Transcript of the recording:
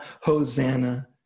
Hosanna